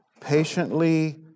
patiently